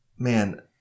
Man